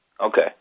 Okay